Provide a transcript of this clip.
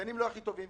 המזגנים לא הכי טובים.